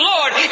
Lord